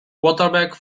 quarterback